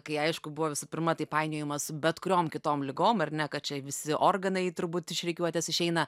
kai aišku buvo visų pirma tai painiojimas su bet kuriom kitom ligom ar ne kad čia visi organai turbūt iš rikiuotės išeina